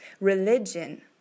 Religion